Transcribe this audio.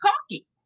cocky